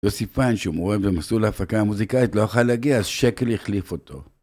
יוסיפן, שהוא מורה במסלול ההפקה המוזיקלית, לא יכל להגיע, אז שקל החליף אותו.